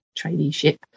traineeship